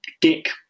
Dick